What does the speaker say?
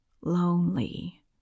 Lonely